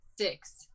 six